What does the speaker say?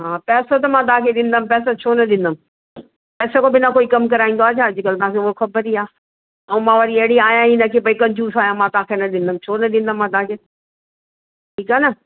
हा पैसो त मां तव्हांखे ॾींदमि पैसा छो न ॾींदमि पैसो खां बिना कोई कम कराईंदो आहे छा अॼकल्ह तव्हांखे हो खपंदी आहे ऐं मां वरी अहिड़ी आहियां ई न की भाई कंजूस आहियां मां तव्हांखे न ॾींदमि छो न ॾींदमि मां तव्हांखे ठीकु आहे न